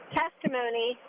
testimony